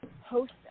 host